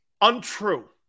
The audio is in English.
untrue